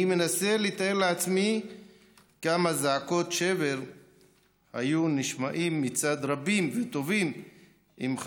אני מנסה לתאר לעצמי כמה זעקות שבר היו נשמעות מצד רבים וטובים אם,